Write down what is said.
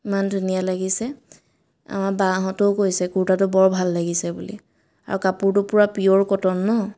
ইমান ধুনীয়া লাগিছে আমাৰ বাহঁতেও কৈছে কুৰ্তাটো বৰ ভাল লাগিছে বুলি আৰু কাপোৰটো পুৰা পিয়ৰ কটন ন'